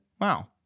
wow